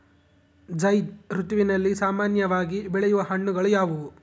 ಝೈಧ್ ಋತುವಿನಲ್ಲಿ ಸಾಮಾನ್ಯವಾಗಿ ಬೆಳೆಯುವ ಹಣ್ಣುಗಳು ಯಾವುವು?